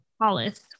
Hollis